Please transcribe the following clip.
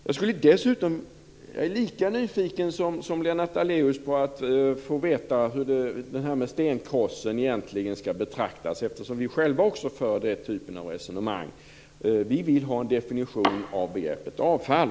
Jag är lika nyfiken som Lennart Daléus på att få veta hur detta med stenkrossen egentligen skall betraktas, eftersom vi själva också för den typen av resonemang. Vi vill ha en definition av begreppet avfall.